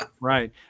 Right